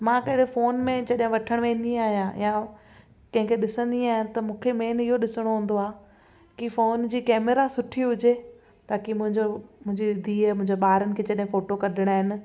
मां त अहिड़े फोन में जॾहिं वठणु वेंदी आहियां या कंहिंखे ॾिसंदी आहियां त मूंखे मेन इहो ॾिसणो हूंदो आहे कि फोन जी कैमरा सुठी हुजे ताक़ी मुंहिंजो मुंहिंजी धीउ मुंहिंजा ॿारनि खे जॾहिं फोटो कढिणा आहिनि